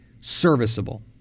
serviceable